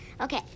Okay